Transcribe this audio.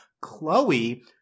chloe